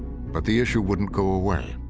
but the issue wouldn't go away.